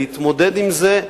להתמודד עם זה,